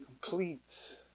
complete